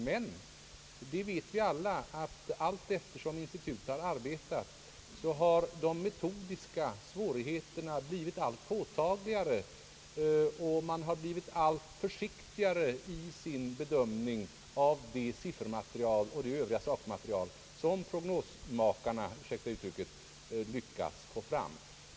Men vi vet ju alla att allteftersom institutets arbete pågått de metodiska svårigheterna blivit allt påtagligare och att man blivit allt försiktigare i sin bedömning av det siffermaterial och det övriga sakmaterial som prognosmakarna — ursäkta uttrycket — lyckats få fram.